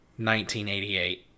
1988